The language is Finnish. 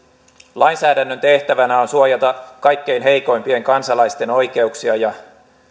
lainsäädännön tehtävänä on suojata kaikkein heikoimpien kansalaisten oikeuksia ja